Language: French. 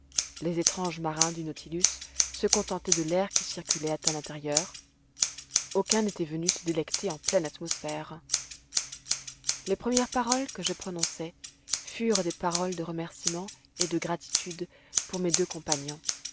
les étranges marins du nautilus se contentaient de l'air qui circulait à l'intérieur aucun n'était venu se délecter en pleine atmosphère les premières paroles que je prononçai furent des paroles de remerciements et de gratitude pour mes deux compagnons